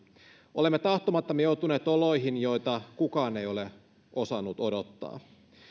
olemme tahtomattamme joutuneet oloihin joita kukaan ei ole osannut odottaa